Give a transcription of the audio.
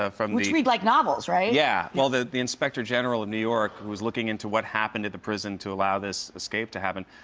ah which read like novels, right? yeah, well the the inspector general of new york was looking into what happened in the prison to allow this escape to happen.